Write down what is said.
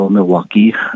Milwaukee